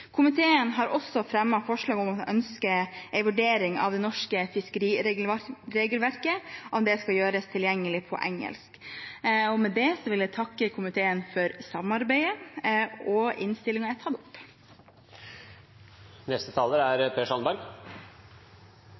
Komiteen har også fremmet forslag om en vurdering av om det norske fiskeriregelverket skal gjøres tilgjengelig på engelsk. Med det vil jeg takke komiteen for samarbeidet, og innstillingen er